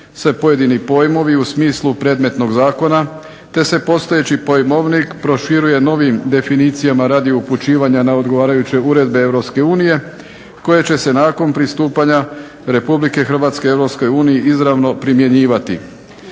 se pojedini pojmovi u smislu predmetnog zakona te se postojeći pojmovnik proširuje novim definicijama radi upućivanja na odgovarajuće uredbe Europske unije koje će se nakon pristupanja Republike Hrvatske Europskoj uniji izravno primjenjivati.